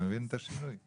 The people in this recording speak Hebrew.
אתה מבין את השינוי?